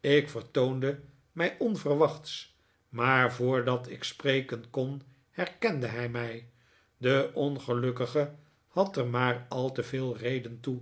ik vertoonde mij onverwachts maar voordat ik spreken kon herkende hij mij de ongelukkige had er maar al te veel reden toe